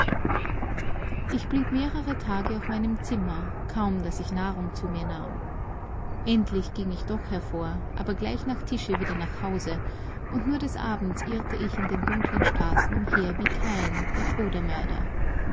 ich blieb mehrere tage auf meinem zimmer kaum daß ich nahrung zu mir nahm endlich ging ich doch hervor aber gleich nach tische wieder nach hause und nur des abends irrte ich in den dunkeln straßen umher wie kain der